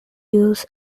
use